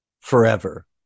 forever